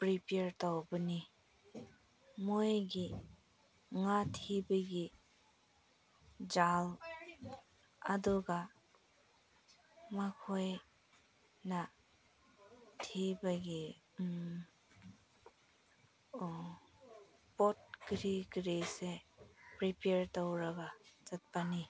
prepare ꯇꯧꯕꯅꯤ ꯃꯣꯏꯒꯤ ꯉꯥ ꯊꯤꯕꯒꯤ ꯖꯥꯜ ꯑꯗꯨꯒ ꯃꯈꯣꯏꯅ ꯊꯤꯕꯒꯤ ꯄꯣꯠ ꯀꯔꯤ ꯀꯔꯤꯁꯦ ꯄ꯭ꯔꯤꯄꯤꯌꯥꯔ ꯇꯧꯔꯒ ꯆꯠꯄꯅꯤ